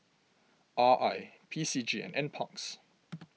R I P C G NParks